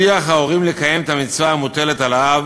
שליח ההורים לקיים את המצווה המוטלת על האב